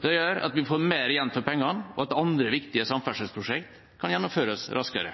Det gjør at vi får mer igjen for pengene, og at andre viktige samferdselsprosjekter kan gjennomføres raskere.